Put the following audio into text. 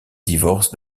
divorce